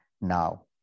Now